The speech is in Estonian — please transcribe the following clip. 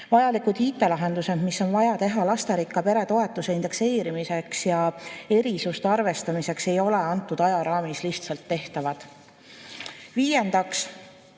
IT-lahendused, mis on vaja teha lasterikka pere toetuste indekseerimiseks ja erisuste arvestamiseks, ei ole antud ajaraamis lihtsalt tehtavad. Viiendaks